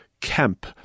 camp